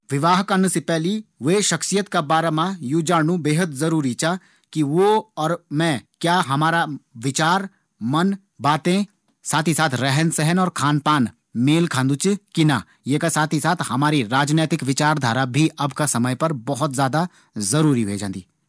विवाह करना सी पैली वै सख्शियत का बाराम यू जाणनु बेहद जरूरी च कि हम दुयों का विचार, मन, रहन सहन, बातें और खान पान मेल खांद छन कि ना? ये का साथ ही साथ हमारी राजनीतिक समझ भी अब का समय मा जरूरी ह्वे जांदी।